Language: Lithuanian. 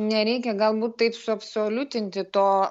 nereikia galbūt taip suabsoliutinti to